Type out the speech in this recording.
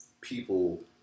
people